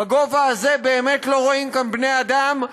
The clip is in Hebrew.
בגובה הזה באמת לא רואים כאן בני אדם,